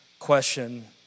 Question